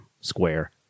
square